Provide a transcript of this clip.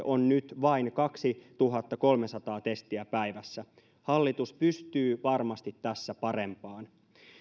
on nyt vain kaksituhattakolmesataa testiä päivässä hallitus pystyy varmasti tässä parempaan